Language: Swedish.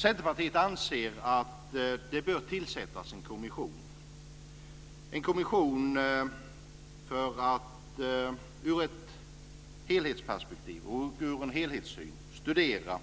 Centerpartiet anser att det bör tillsättas en kommission för att i ett helhetsperspektiv och ur en helhetssyn studera